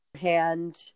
hand